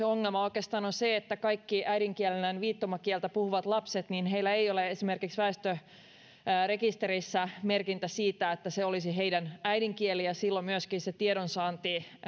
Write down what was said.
ongelma oikeastaan on se että kaikilla äidinkielenään viittomakieltä puhuvilla lapsilla ei ole esimerkiksi väestörekisterissä merkintää siitä että se olisi heidän äidinkielensä ja silloin myöskin tiedonsaanti on